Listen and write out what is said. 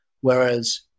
whereas